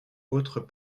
autres